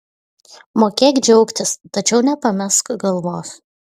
mokėk džiaugtis tačiau nepamesk galvos